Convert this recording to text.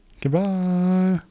Goodbye